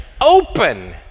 open